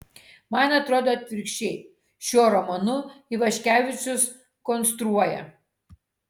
man atrodo atvirkščiai šiuo romanu ivaškevičius konstruoja